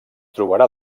trobarà